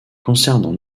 concernant